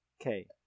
Okay